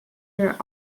your